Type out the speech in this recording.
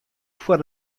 foar